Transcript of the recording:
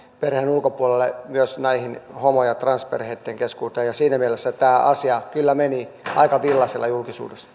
perheen ulkopuolelle myös homo ja transperheitten keskuuteen ja siinä mielessä tämä asia kyllä meni aika villaisella julkisuudessa